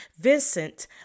Vincent